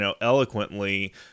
Eloquently